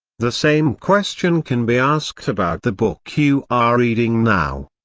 the same question can be asked about the book you are reading now.